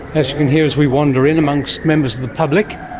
as you can hear as we wander in amongst members of the public.